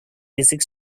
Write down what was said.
basic